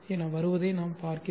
என வருவதை நாம் பார்க்கிறோம்